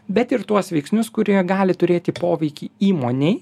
bet ir tuos veiksnius kurie gali turėti poveikį įmonei